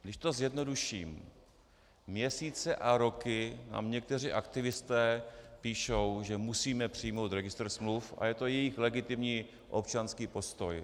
Když to zjednoduším, měsíce a roky nám někteří aktivisté píšou, že musíme přijmout registr smluv, a je to jejich legitimní občanský postoj.